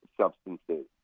substances